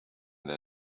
this